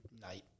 night